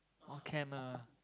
all can ah